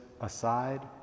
aside